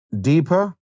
deeper